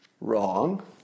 wrong